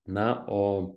na o